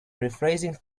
rephrasing